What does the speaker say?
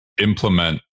implement